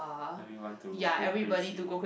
let me want to go crazy